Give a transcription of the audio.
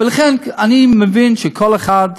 ולכן, אני מבין שכל אחד,